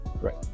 Right